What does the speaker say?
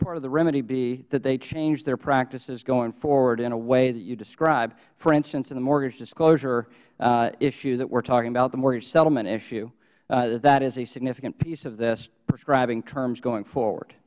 part of the remedy be that they change their practices going forward in a way that you described for instance in the mortgage disclosure issue that we are talking about the mortgage settlement issue that that is a significant piece of this prescribing terms going forward